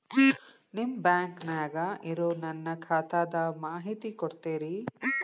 ನಿಮ್ಮ ಬ್ಯಾಂಕನ್ಯಾಗ ಇರೊ ನನ್ನ ಖಾತಾದ ಮಾಹಿತಿ ಕೊಡ್ತೇರಿ?